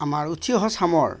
আমাৰ উঠি অহা চামৰ